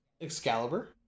Excalibur